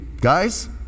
guys